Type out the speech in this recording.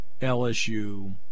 LSU